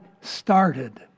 started